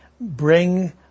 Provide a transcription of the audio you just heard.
bring